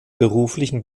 beruflichen